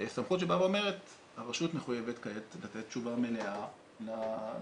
סמכות שבאה ואומרת שהרשות מחויבת לתת תשובה מלאה לפונה.